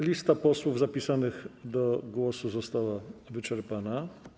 Lista posłów zapisanych do głosu została wyczerpana.